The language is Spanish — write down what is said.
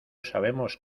sabemos